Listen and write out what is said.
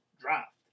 draft